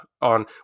on